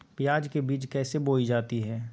प्याज के बीज कैसे बोई जाती हैं?